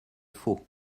faux